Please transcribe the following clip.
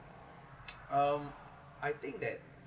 um I think that